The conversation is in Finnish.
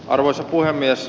arvoisa puhemies